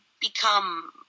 become